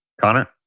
Connor